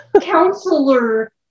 counselor